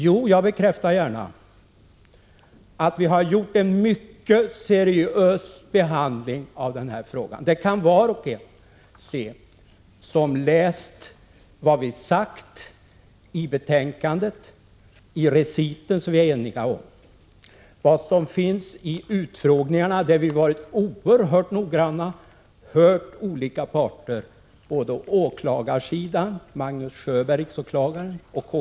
Jo, jag bekräftar gärna att vi har gjort en mycket seriös behandling av den här frågan. Det kan var och en se som har läst vad vi har skrivit i recitdelen av betänkandet, som vi är eniga om. I utfrågningarna, där vi har varit oerhört noggranna och hört olika parter, på både åklagarsidan —riksåklagare Magnus Sjöberg och K.